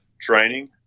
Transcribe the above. training